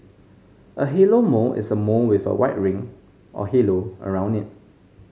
a halo mole is a mole with a white ring or halo around it